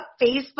Facebook